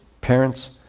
parents